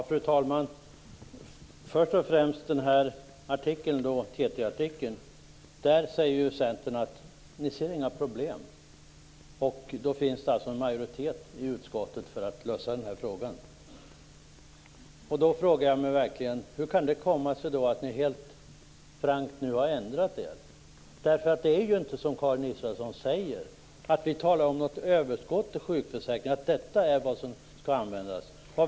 Fru talman! Först och främst skall jag beröra TT artikeln. Där säger Centern att man inte ser några problem. Det finns alltså en majoritet i utskottet för att lösa problemet. Jag frågar mig verkligen hur det kan komma sig att man inom Centern helt frankt nu har ändrat sig. Det är nämligen inte som Karin Israelsson säger - vi talar inte om något överskott i sjukförsäkringarna som skall användas.